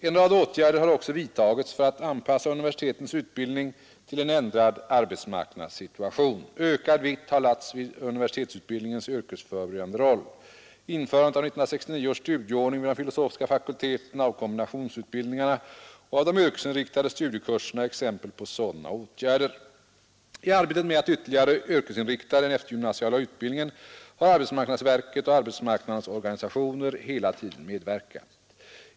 En rad åtgärder har också vidtagits för att anpassa universitetens utbildning till en ändrad arbetsmarknadssituation. Ökad vikt har lagts vid universitetsutbildningens yrkesförberedande roll. Införandet av 1969 års studieordning vid de filosofiska fakulteterna, av kombinationsutbildningarna och av de yrkesinriktade studiekursernå är exempel på sådana åtgärder. I arbetet med att ytterligare yrkesinrikta den eftergymnasiala utbildningen har arbetsmarknadsverket och arbetsmarknadens organisationer hela tiden medverkat.